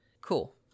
Cool